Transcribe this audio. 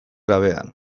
gauean